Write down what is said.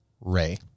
Ray